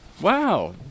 Wow